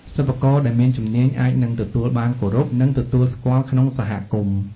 សិប្បករដែលមានជំនាញអាចនឹងទទួលបានគោរព និងទទួលស្គាល់ក្នុងសហគមន៍។